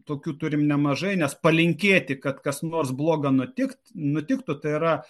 tokių turim nemažai nes palinkėti kad kas nors bloga nutikti nutiktų tai yra